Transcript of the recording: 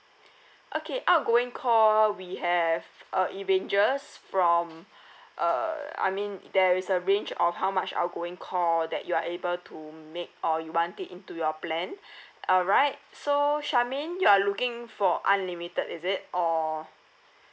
okay outgoing call we have uh it ranges from uh I mean there is a range or how much outgoing call that you are able to make or you want take it into your plan alright so shermaine you are looking for unlimited is it or